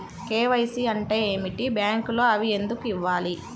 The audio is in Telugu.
కే.వై.సి అంటే ఏమిటి? బ్యాంకులో అవి ఎందుకు ఇవ్వాలి?